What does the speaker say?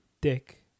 Dick